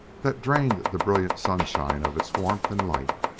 that drained the brilliant sunshine of its warmth and light,